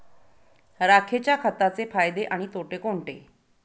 राखेच्या खताचे फायदे आणि तोटे कोणते?